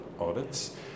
audits